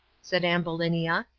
said ambulinia,